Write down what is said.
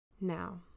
Now